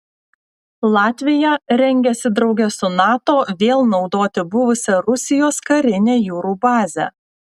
latvija rengiasi drauge su nato vėl naudoti buvusią rusijos karinę jūrų bazę